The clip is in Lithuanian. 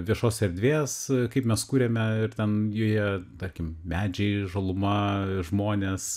viešos erdvės kaip mes kuriame ir ten joje tarkim medžiai žaluma žmonės